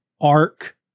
arc